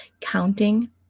counting